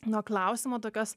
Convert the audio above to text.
nuo klausimo tokios